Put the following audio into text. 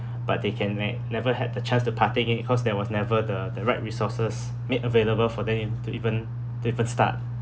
but they can like never had the chance to partake in it cause there was never the the right resources made available for them in to even to even start